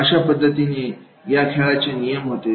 अशा पद्धतीने या खेळाचे नियम होते